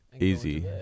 easy